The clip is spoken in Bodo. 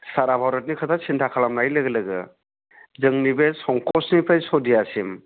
सारा भारतनि खोथा सिन्था खालामनाय लोगो लोगो जोंनि बे संकसनिफ्राय सदियासिम